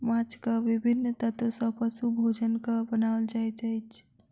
माँछक विभिन्न तत्व सॅ पशु भोजनक बनाओल जाइत अछि